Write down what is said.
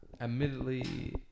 Admittedly